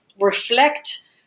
reflect